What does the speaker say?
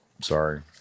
sorry